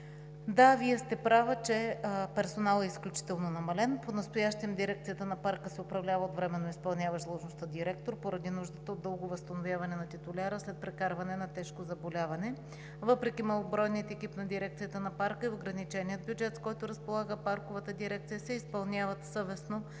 Да, Вие сте права, че персоналът е изключително намален. Понастоящем Дирекцията на Парка се управлява от временно изпълняващ длъжността „Директор“ поради нуждата от дълго възстановяване на титуляра след прекарване на тежко заболяване. Въпреки малобройния екип на Дирекцията на Парка и ограничения бюджет, с който разполага парковата дирекция, се изпълняват съвестно